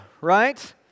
right